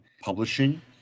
Publishing